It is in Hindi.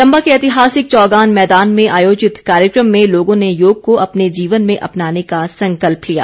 चंबा के ऐतिहासिक चौगान मैदान में आयोजित कार्यक्रम में लोगों ने योग को अपने जीवन में अपनाने का संकल्प लिया